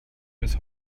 bis